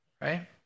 right